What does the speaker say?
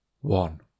one